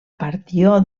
partió